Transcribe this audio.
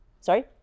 Sorry